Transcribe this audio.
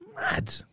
mad